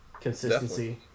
consistency